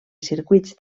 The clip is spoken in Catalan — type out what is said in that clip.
circuits